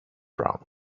brown